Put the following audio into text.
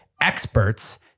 experts